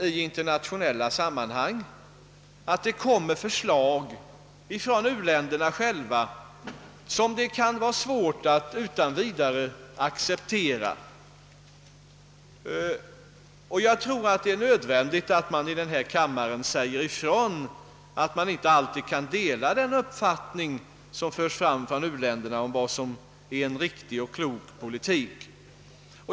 I internationella sammanhang händer det understundom att det av u-länderna själva framläggs förslag som det kan vara svårt att utan vidare acceptera. Jag tror det är nödvändigt att det i denna kammare sägs ifrån att det inte alltid går att dela u-ländernas uppfattning om vad som är riktig och klok politik.